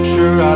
Sure